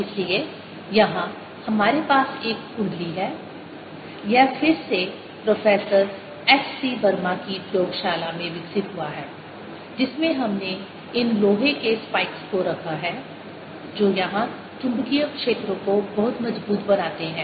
इसलिए यहां हमारे पास एक कुंडली है यह फिर से प्रोफेसर H C वर्मा की प्रयोगशाला में विकसित हुआ है जिसमें हमने इन लोहे के स्पाइक्स को रखा है जो यहां चुंबकीय क्षेत्र को बहुत मजबूत बनाते हैं